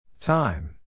Time